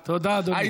תודה, אדוני.